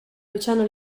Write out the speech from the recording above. luciano